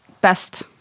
best